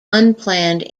unplanned